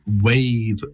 wave